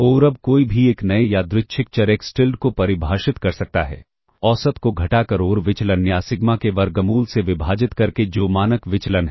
और अब कोई भी एक नए यादृच्छिक चर एक्स tilde को परिभाषित कर सकता है औसत को घटाकर और विचलन या सिग्मा के वर्गमूल से विभाजित करके जो मानक विचलन है